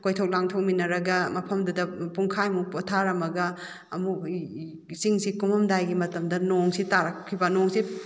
ꯀꯣꯏꯊꯣꯛ ꯂꯥꯡꯊꯣꯛꯃꯤꯟꯅꯔꯒ ꯃꯐꯝꯗꯨꯗ ꯄꯨꯡꯈꯥꯏꯃꯨꯛ ꯄꯣꯊꯥꯔꯝꯃꯒ ꯑꯃꯨꯛ ꯆꯤꯡꯁꯤ ꯀꯨꯝꯃꯝꯗꯥꯏꯒꯤ ꯃꯇꯝꯗ ꯅꯣꯡꯁꯤ ꯇꯥꯔꯛꯈꯤꯕ ꯅꯣꯡꯁꯤ